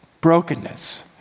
Brokenness